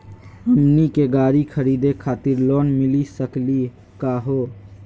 हमनी के गाड़ी खरीदै खातिर लोन मिली सकली का हो?